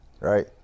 right